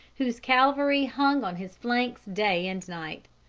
whose cavalry hung on his flanks day and night.